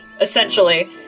essentially